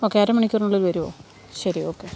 okay അരമണിക്കൂറിനുള്ളിൽ വരുമോ ശരി ഓക്കെ